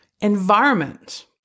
environment